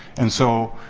and so,